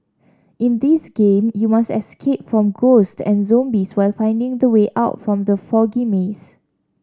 in this game you must escape from ghosts and zombies while finding the way out from the foggy maze